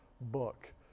book